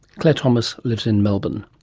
claire thomas lives in melbourne.